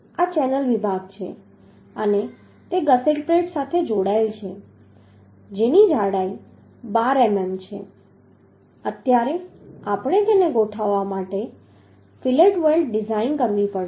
આ ચેનલ વિભાગ છે અને તે ગસેટ પ્લેટ સાથે જોડાયેલ છે જેની જાડાઈ 12 મીમી છે અત્યારે આપણે તેને ગોઠવવા માટે ફીલેટ વેલ્ડ ડિઝાઇન કરવી પડશે